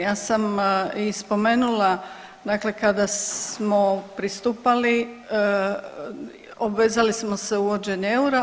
Ja sam i spomenula dakle kada smo pristupali obvezali smo se uvođenje eura.